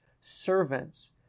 servants